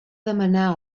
demanar